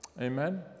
amen